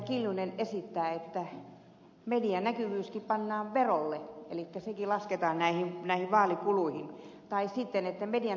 kiljunen esittää että medianäkyvyyskin pannaan verolle elikkä sekin lasketaan vaalikuluihin tai että medianäkyvyys kielletään